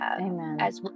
Amen